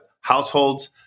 households